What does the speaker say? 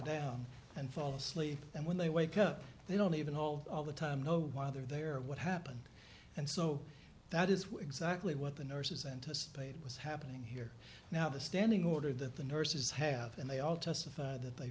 down and fall asleep and when they wake up they don't even hold all the time know why they're there what happened and so that is exactly what the nurses anticipated was happening here now the standing order that the nurses have and they all testify that they